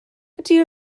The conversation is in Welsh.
ydy